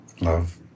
love